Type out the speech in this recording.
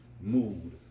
mood